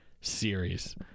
series